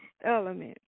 element